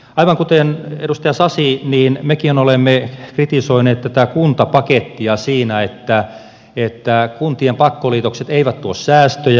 aivan kuten edustaja sasi mekin olemme kritisoineet tätä kuntapakettia siinä että kuntien pakkoliitokset eivät tuo säästöjä